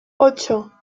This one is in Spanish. ocho